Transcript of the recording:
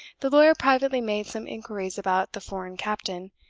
the lawyer privately made some inquiries about the foreign captain,